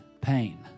pain